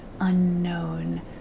unknown